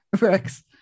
Rex